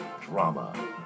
drama